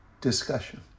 discussion